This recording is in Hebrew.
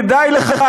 כדאי לך,